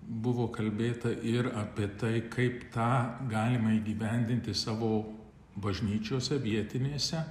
buvo kalbėta ir apie tai kaip tą galima įgyvendinti savo bažnyčiose vietinėse